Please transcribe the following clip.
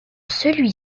celui